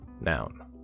noun